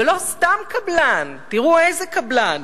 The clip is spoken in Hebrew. ולא סתם קבלן, תראו איזה קבלן.